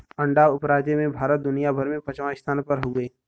अंडा उपराजे में भारत दुनिया भर में पचवां स्थान पर हउवे